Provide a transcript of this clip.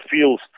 feels